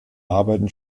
arbeiten